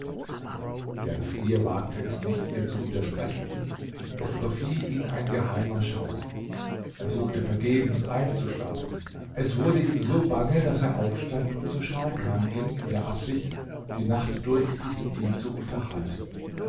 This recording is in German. der vezier wagte es nicht ihr zu widersprechen doch überfiel ihn ein geheimer schauer er suchte vergebens einzuschlafen es wurde ihm so bange daß er aufstand und zu scharkan ging in der absicht die nacht durch sich mit ihm zu unterhalten